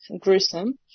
gruesome